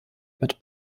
mit